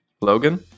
Logan